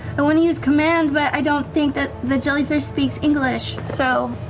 and want to use command, but i don't think that the jellyfish speaks english, so,